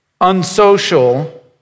unsocial